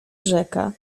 rzeka